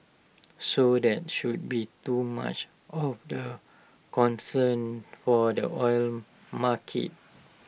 so that should be too much of A concern for the oil market